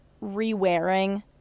re-wearing